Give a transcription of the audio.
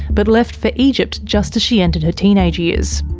but left for egypt just as she entered her teenage years.